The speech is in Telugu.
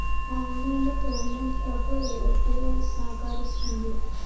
ఆన్లైన్ పేమెంట్ లకు యూపీఐ సహకరిస్తుంది